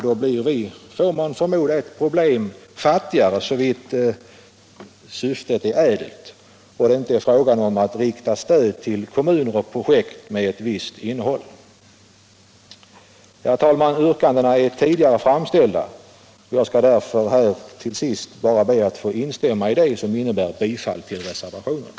Då blir vi ju — får man förmoda — ett problem fattigare, såvitt syftet är ädelt och det inte är fråga om att rikta stöd till kommuner och projekt med ett visst innehåll. Herr talman! Yrkandena är tidigare framställda, och jag skall därför till sist bara be att få instämma i de yrkanden som innebär bifall till reservationerna.